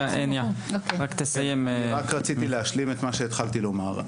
רק רציתי להשלים את מה שהתחלתי לומר,